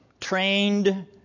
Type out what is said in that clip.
trained